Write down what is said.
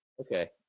Okay